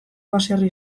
baserri